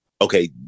okay